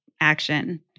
action